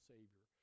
Savior